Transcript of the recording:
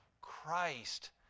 Christ